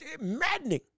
maddening